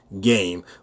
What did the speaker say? game